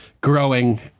growing